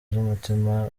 z’umutima